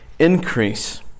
increase